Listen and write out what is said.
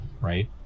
right